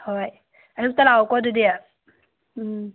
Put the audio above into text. ꯍꯣꯏ ꯑꯌꯨꯛꯇ ꯂꯥꯛꯑꯣꯀꯣ ꯑꯗꯨꯗꯤ ꯎꯝ